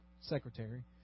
secretary